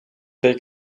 they